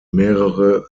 mehrere